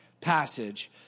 passage